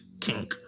king